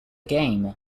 game